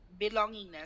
belongingness